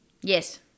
Yes